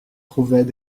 trouvaient